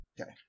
Okay